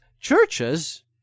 churches